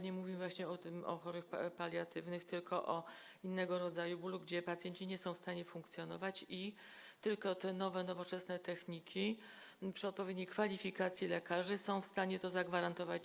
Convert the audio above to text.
Nie mówimy o przypadkach paliatywnych, tylko o innego rodzaju bólu, przy którym pacjenci nie są w stanie funkcjonować, i tylko te nowe, nowoczesne techniki, przy odpowiedniej kwalifikacji przez lekarzy, są w stanie to zagwarantować.